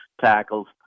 tackles